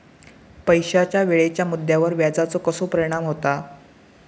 पैशाच्या वेळेच्या मुद्द्यावर व्याजाचो कसो परिणाम होता